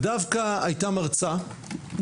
ודווקא הייתה מרצה מתוך כל המרצים,